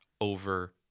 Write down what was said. over